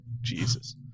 jesus